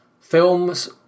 films